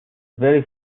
very